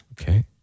Okay